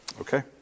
Okay